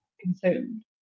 consumed